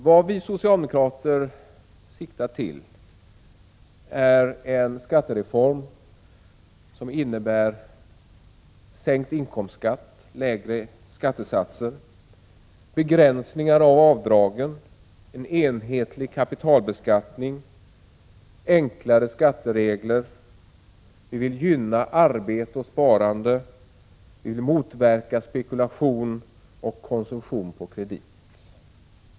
Vad vi socialdemokrater siktar på är en skattereform som innebär sänkt inkomstskatt, lägre skattesatser, begränsningar av avdragen, en enhetlig kapitalbeskattning och enklare skatteregler. Vi vill gynna arbete och sparande, vi vill motverka spekulation och konsumtion på kredit.